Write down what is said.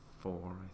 four